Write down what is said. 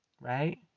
Right